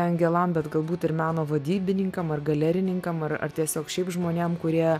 engelam bet galbūt ir meno vadybininkam ar galerininkam ar ar tiesiog šiaip žmonėm kurie